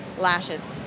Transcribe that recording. lashes